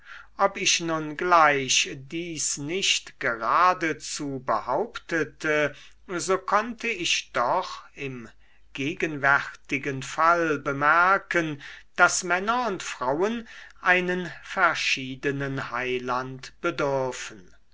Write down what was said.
ob ich nun gleich dies nicht geradezu behauptete so konnte ich doch im gegenwärtigen fall bemerken daß männer und frauen einen verschiedenen heiland bedürfen